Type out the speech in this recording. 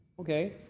Okay